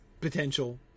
potential